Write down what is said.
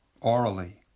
orally